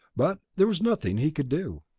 but there was nothing he could do.